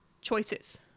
choices